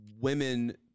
Women